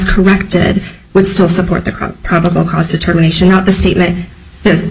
corrected would still support the probable cause determination of the statement